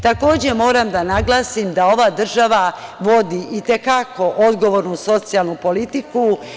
Takođe, moram da naglasim da ova država vodi i te kako odgovornu socijalnu politiku.